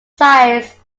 sides